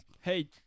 Hey